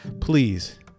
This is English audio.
please